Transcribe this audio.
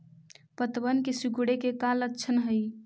पत्तबन के सिकुड़े के का लक्षण हई?